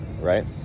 right